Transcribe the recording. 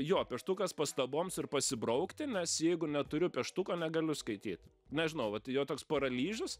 jo pieštukas pastaboms ir pasibraukti nes jeigu neturiu pieštuko negaliu skaityt nežinau vat jo toks paralyžius